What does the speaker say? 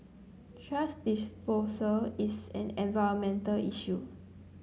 thrash disposal is an environmental issue